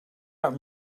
out